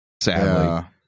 sadly